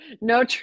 no